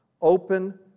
open